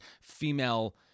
female